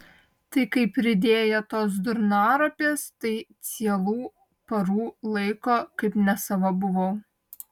tai kai pridėjo tos durnaropės tai cielų parų laiko kaip nesava buvau